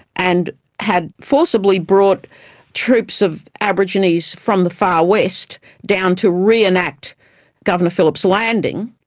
and had forcibly brought troupes of aborigines from the far west down to re-enact governor phillips' landing,